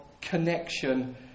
connection